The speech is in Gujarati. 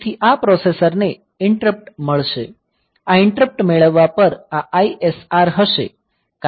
તેથી આ પ્રોસેસર ને ઈંટરપ્ટ મળશે આ ઈંટરપ્ટ મેળવવા પર આ ISR આ હશે કારણ કે તે INT1 છે